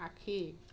আশী